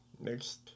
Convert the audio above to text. Next